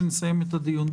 שנסיים את הדיון.